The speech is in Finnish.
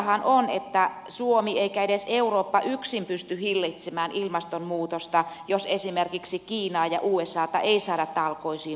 tottahan on ettei suomi eikä edes eurooppa yksin pysty hillitsemään ilmastonmuutosta jos esimerkiksi kiinaa ja usata ei saada talkoisiin mukaan